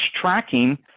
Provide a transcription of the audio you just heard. tracking